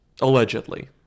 allegedly